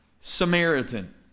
Samaritan